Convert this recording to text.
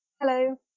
hello